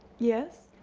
yes?